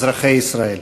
אזרחי ישראל,